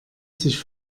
sich